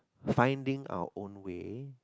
finding our own way